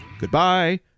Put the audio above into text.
Goodbye